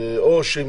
או שהם